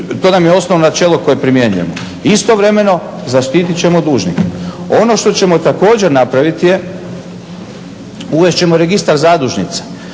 to nam je osnovno načelo koje primjenjujemo. Istovremeno zaštitit ćemo dužnike. Ono što ćemo također napraviti je uvest ćemo Registar zadužnica.